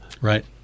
Right